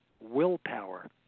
willpower